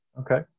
Okay